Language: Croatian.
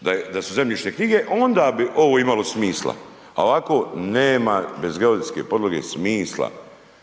da su zemljišne knjige, onda bi ovo imalo smisla, a ovako nema bez geodetske podloge smisla,